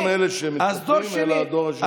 לא מאלה שמתחתנים אלא הדור השני.